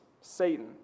Satan